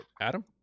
Adam